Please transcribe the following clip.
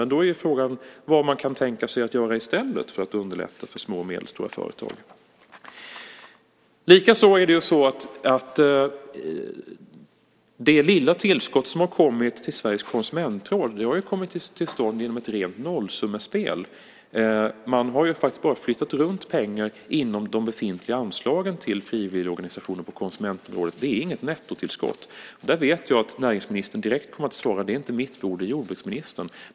Men då är frågan vad man kan tänka sig att göra i stället för att underlätta för små och medelstora företag. Det lilla tillskott som har kommit till Sveriges Konsumentråd har kommit till stånd genom ett rent nollsummespel. Man har faktiskt bara flyttat runt pengar inom de befintliga anslagen till frivilligorganisationer på konsumentområdet. Det är inget nettotillskott. Jag vet att näringsministern direkt kommer att svara att det inte är hans bord utan jordbruksministerns.